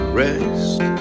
rest